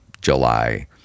july